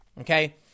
okay